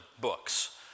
books